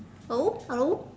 hello hello